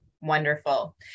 Wonderful